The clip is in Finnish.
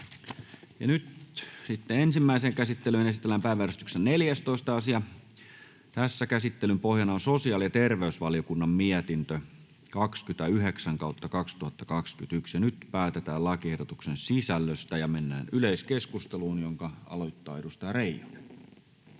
Ensimmäiseen käsittelyyn esitellään päiväjärjestyksen 14. asia. Käsittelyn pohjana on sosiaali- ja terveysvaliokunnan mietintö StVM 29/2021 vp. Nyt päätetään lakiehdotuksen sisällöstä. Ja mennään yleiskeskusteluun, jonka aloittaa edustaja Reijonen.